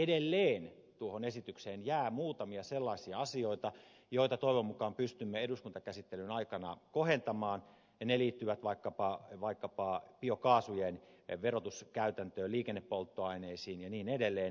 edelleen tuohon esitykseen jää muutamia sellaisia asioita joita toivon mukaan pystymme eduskuntakäsittelyn aikana kohentamaan ja ne liittyvät vaikkapa biokaasujen verotuskäytäntöön liikennepolttoaineisiin ja niin edelleen